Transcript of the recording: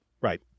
Right